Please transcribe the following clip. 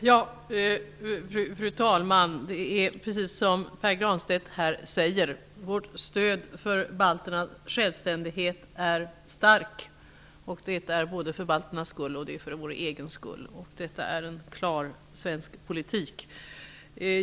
Fru talman! Det är precis som Pär Granstedt här säger: Vårt stöd för balternas självständighet är starkt, både för balternas skull och för vår egen skull. Detta är en klar svensk politik.